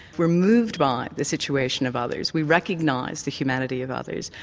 we're moved by the situation of others we recognise the humanity of others,